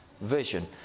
vision